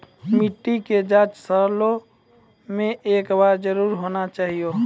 मिट्टी के जाँच सालों मे एक बार जरूर होना चाहियो?